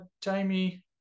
Jamie